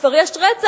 כשכבר יש רצח,